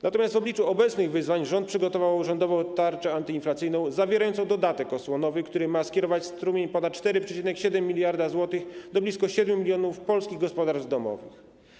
Natomiast w obliczu obecnych wyzwań rząd przygotował rządową tarczę antyinflacyjną zawierającą dodatek osłonowy, który ma skierować strumień ponad 4,7 mld zł do blisko 7 mln polskich gospodarstw domowych.